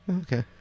Okay